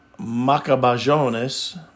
Macabajones